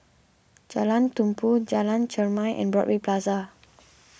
Jalan Tumpu Jalan Chermai and Broadway Plaza